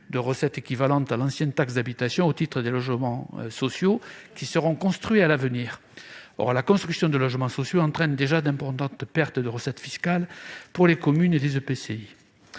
de recettes équivalentes à l'ancienne taxe d'habitation au titre des logements sociaux qui seront construits à l'avenir. Or la construction de logements sociaux entraîne déjà d'importantes pertes de recettes fiscales pour les communes et les EPCI.